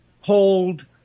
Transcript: hold